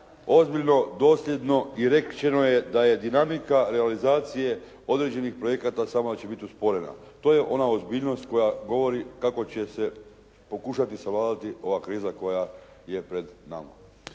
ozbiljno, dosljedno i rečeno je da je dinamika realizacije određenih projekata samo malo će biti usporena. To je ona ozbiljnost koja govori kako će se pokušati savladati ova kriza koja je pred nama.